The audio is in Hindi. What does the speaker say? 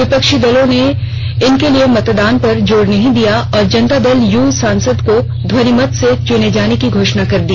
विपक्षी दलों ने इसके लिए मतदान पर जोर नहीं दिया और जनता दल यू सांसद को ध्वानिमत से चुने जाने की घोषणा कर दी